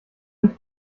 nicht